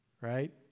right